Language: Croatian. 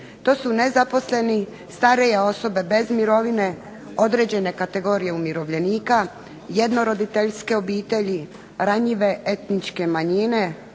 To su nezaposleni, starije osobe bez mirovine, određene kategorije umirovljenika, jednoroditeljske obitelji, ranjive etničke manjine